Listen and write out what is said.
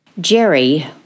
Jerry